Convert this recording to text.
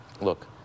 Look